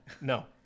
No